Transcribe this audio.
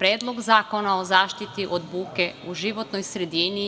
Predlog zakona o zaštiti od buke u životnoj sredini